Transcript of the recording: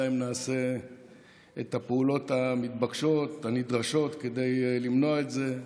אלא אם כן נעשה את הפעולות המתבקשות הנדרשות כדי למנוע את זה,